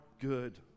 good